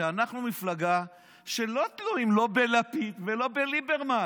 בגלל שאנחנו מפלגה שלא תלויה לא בלפיד ולא בליברמן.